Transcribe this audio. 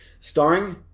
Starring